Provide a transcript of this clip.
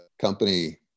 company